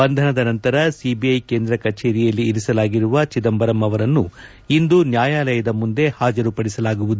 ಬಂಧನದ ನಂತರ ಸಿಬಿಐ ಕೇಂದ್ರ ಕಚೇರಿಯಲ್ಲಿ ಇರಿಸಲಾಗಿರುವ ಚಿದಂಬರಂ ಅವರನ್ನು ಇಂದು ನ್ನಾಯಾಲಯದ ಮುಂದೆ ಹಾಜರುಪಡಿಸಲಾಗುವುದು